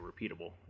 repeatable